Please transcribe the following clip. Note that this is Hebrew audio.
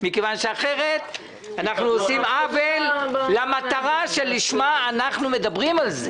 מכיוון שאחרת אנחנו עושים עוול למטרה שלשמה אנחנו מדברים על זה.